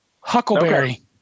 Huckleberry